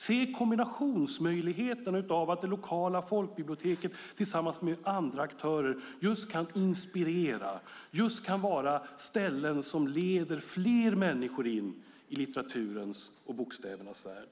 Se kombinationsmöjligheterna där det lokala folkbiblioteket kan inspirera tillsammans med andra aktörer och vara ett ställe som leder fler människor in i litteraturens och bokstävernas värld!